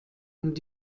und